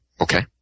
Okay